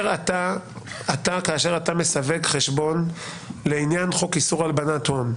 אתה מסווג חשבון לעניין חוק איסור הלבנת הון,